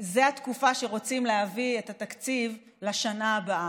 רוצים להביא את התקציב לשנה הבאה,